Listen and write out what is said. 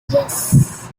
yes